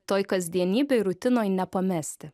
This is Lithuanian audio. toj kasdienybėj rutinoj nepamesti